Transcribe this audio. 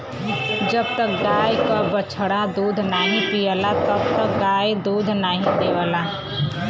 जब तक गाय क बछड़ा दूध नाहीं पियला तब तक गाय दूध नाहीं देवला